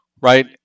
right